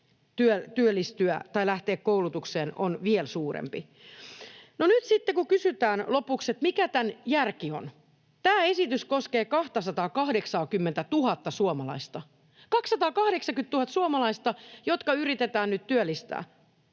työllistyä tai lähteä koulutukseen, on vielä suurempi. No nyt sitten kun kysytään lopuksi, mikä tämän järki on: Tämä esitys koskee 280 000:ta suomalaista — 280 000:ta suomalaista, jotka yritetään nyt työllistää.